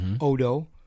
Odo